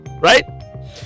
Right